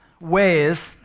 ways